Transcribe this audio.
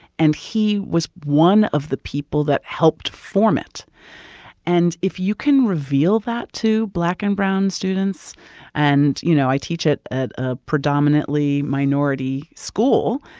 and he was one of the people that helped form it and if you can reveal that to black and brown students and, you know, i teach it at a predominantly minority school,